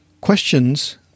Questions